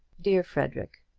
dear frederic,